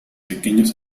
pequeños